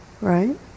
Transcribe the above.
Right